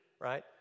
right